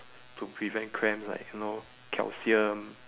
to prevent cramps like you know calcium